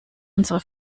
unsere